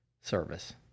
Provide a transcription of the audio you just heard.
service